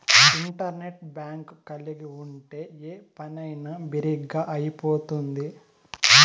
internet bank కలిగి ఉంటే ఏ పనైనా బిరిగ్గా అయిపోతుంది